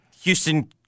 Houston